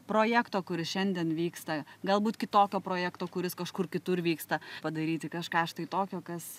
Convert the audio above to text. projekto kuris šiandien vyksta galbūt kitokio projekto kuris kažkur kitur vyksta padaryti kažką štai tokio kas